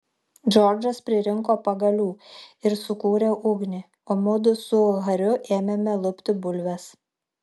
džordžas pririnko pagalių ir sukūrė ugnį o mudu su hariu ėmėme lupti bulves